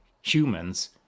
humans